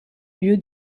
lieu